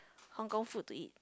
Hong-Kong food to eat